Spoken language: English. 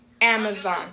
Amazon